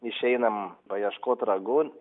išeinam paieškot ragų